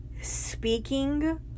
speaking